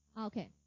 Okay